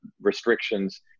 restrictions